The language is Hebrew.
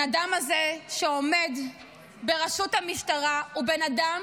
הבן אדם הזה שעומד בראשות המשטרה הוא בן אדם